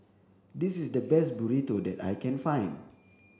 this is the best Burrito that I can find